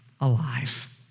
alive